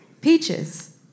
Peaches